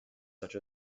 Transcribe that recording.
such